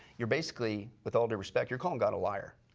you're basically, with all due respect, you're calling god a liar.